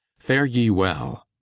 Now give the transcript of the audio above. fare ye well.